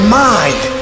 mind